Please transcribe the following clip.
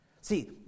See